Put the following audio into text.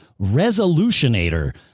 Resolutionator